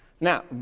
Now